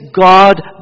God